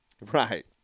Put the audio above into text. Right